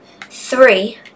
three